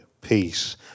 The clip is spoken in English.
peace